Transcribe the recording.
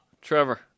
Trevor